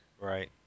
Right